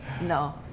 No